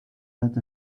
lot